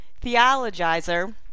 theologizer